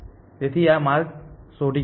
તેથી આ માર્ગ શોધી કાઢશે